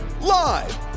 Live